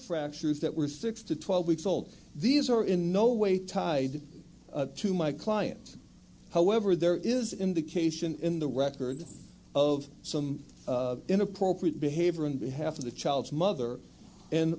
fractures that were six to twelve weeks old these are in no way tied to my clients however there is indication in the record of some of inappropriate behavior on behalf of the child's mother and